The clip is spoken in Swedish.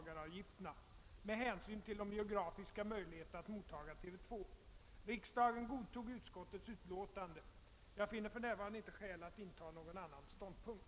gifterna med hänsyn till de geografiska möjligheterna att mottaga TV 2. Riksdagen godtog utskottets utlåtande. Jag finner för närvarande inte skäl att inta någon annan ståndpunkt.